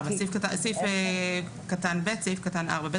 סעיף קטן (ב) בסעיף קטן (4).